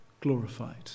glorified